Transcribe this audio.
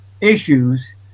issues